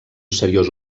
seriós